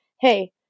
hey